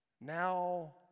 Now